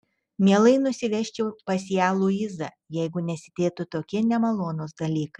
mielai nusivežčiau pas ją luizą jeigu nesidėtų tokie nemalonūs dalykai